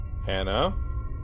Hannah